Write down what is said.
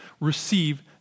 receive